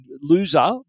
loser